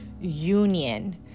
union